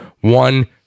one